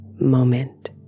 moment